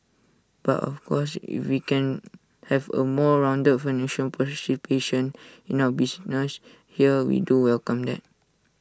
but of course if we can have A more rounded financial participation in our business here we do welcome that